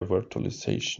virtualization